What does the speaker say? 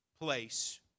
place